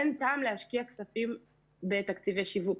אין טעם להשקיע כספים בתקציבי שיווק.